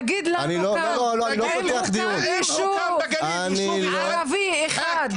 תגיד לנו כאן האם הוקם יישוב ערבי אחד?